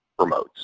remotes